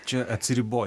čia atsiriboja